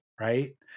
right